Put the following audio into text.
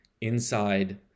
inside